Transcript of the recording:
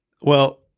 Well-